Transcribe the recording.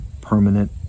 permanent